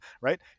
right